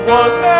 one